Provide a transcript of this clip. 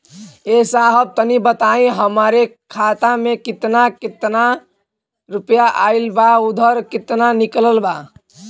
ए साहब तनि बताई हमरे खाता मे कितना केतना रुपया आईल बा अउर कितना निकलल बा?